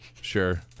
sure